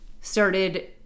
started